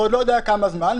לא יודע בעוד כמה זמן,